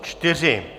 4.